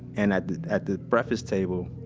and at at the breakfast table,